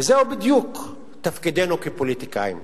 וזהו בדיוק תפקידנו כפוליטיקאים.